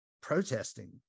protesting